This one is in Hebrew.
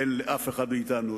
אין לאף אחד מאתנו,